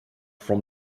from